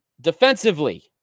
Defensively